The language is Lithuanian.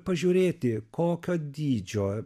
pažiūrėti kokio dydžio